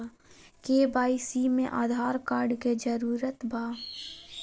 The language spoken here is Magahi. के.वाई.सी में आधार कार्ड के जरूरत बा?